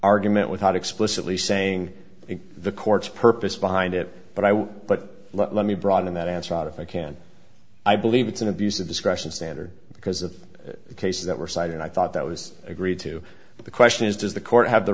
argument without explicitly saying the court's purpose behind it but i would but let me broaden that answer out if i can i believe it's an abuse of discretion standard because of the cases that were cited and i thought that was agreed to but the question is does the court have the